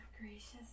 gracious